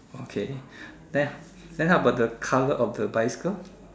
okay then then how about the color of the bicycle